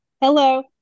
hello